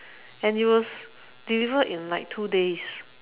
and it was delivered in like two days